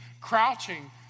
crouching